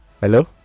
hello